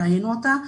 ראינו אותה.